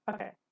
Okay